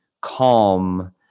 calm